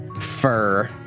Fur